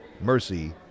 mercy